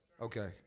Okay